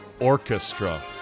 orchestra